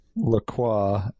LaCroix